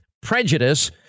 prejudice